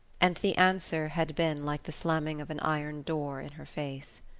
and the answer had been like the slamming of an iron door in her face.